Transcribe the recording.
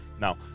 Now